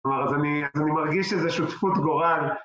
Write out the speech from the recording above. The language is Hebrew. כלומר, אז אני מרגיש איזו שותפות גורל.